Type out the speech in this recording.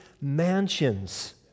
mansions